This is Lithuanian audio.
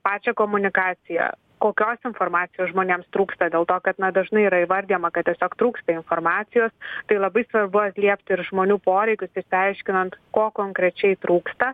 pačią komunikaciją kokios informacijos žmonėms trūksta dėl to kad na dažnai yra įvardijama kad tiesiog trūksta informacijos tai labai svarbu atliepti ir žmonių poreikius išsiaiškinant ko konkrečiai trūksta